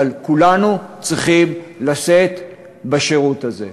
אבל כולנו צריכים לשאת בשירות הזה.